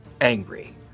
angry